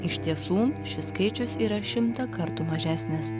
iš tiesų šis skaičius yra šimtą kartų mažesnis